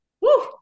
Woo